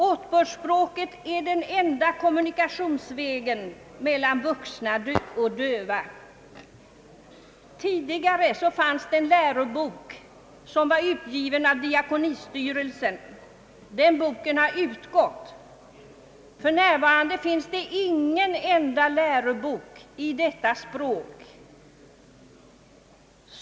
Åtbördsspråket är den enda kommunikationsvägen mellan många döva. Tidigare fanns en lärobok i detta ämne, utgiven av Diakonistyrelsen, men den har utgått. För närvarande finns det ingen lärobok i detta språk.